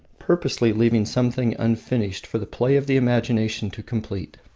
purposely leaving some thing unfinished for the play of the imagination to complete.